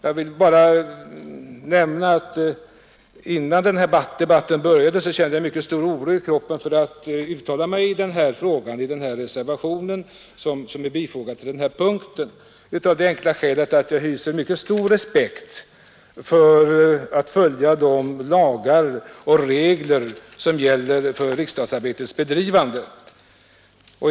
Jag vill bara nämna att jag innan denna debatt började kände mycket stor oro i kroppen för att uttala mig när det gäller den reservation i frågan som är avgiven vid den punkt det här gäller. Skälet härför är att jag hyser mycket stor respekt för de lagar och regler som gäller för riksdagsarbetets bedrivande.